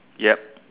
yup